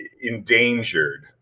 endangered